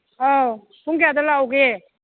ꯑꯧ ꯄꯨꯡ ꯀꯌꯥꯗ ꯂꯥꯛꯎꯒꯦ